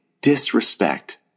disrespect